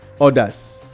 others